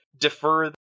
defer